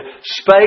spake